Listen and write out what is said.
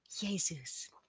Jesus